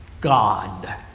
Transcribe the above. God